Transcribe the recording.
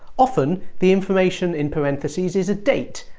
often, the information in parentheses is a date,